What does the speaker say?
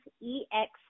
E-X